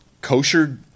kosher